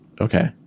okay